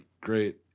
great